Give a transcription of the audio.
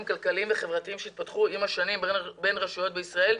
כלכליים וחברתיים שהתפתחו עם השנים בין רשויות בישראל,